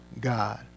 God